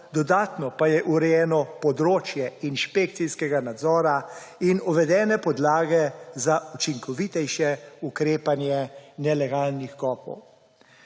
dodatno pa je urejeno področje inšpekcijskega nadzora in uvedene podlage za učinkovitejše ukrepanje nelegalnih kopov.